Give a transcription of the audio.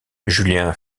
julien